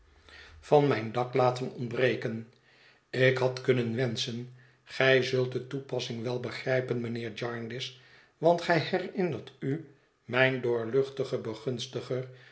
te kussen dak laten ontbreken ik had kunnen wenschen gij zult de toepassing wel begrijpen mijnheer jarndyce want gij herinnert u mijn doorluchtigen begunstiger